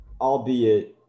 albeit